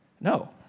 No